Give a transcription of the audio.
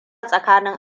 tsakanin